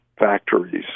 factories